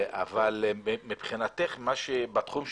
מבחינתך, בתחום שלך,